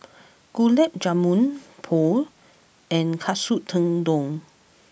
Gulab Jamun Pho and Katsu Tendon